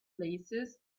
places